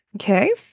Okay